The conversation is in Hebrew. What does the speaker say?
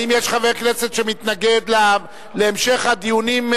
האם יש חבר כנסת שמתנגד להמשך הדיונים בה,